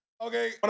okay